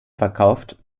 verkauft